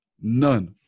none